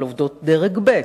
אבל עובדות דרג ב',